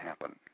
happen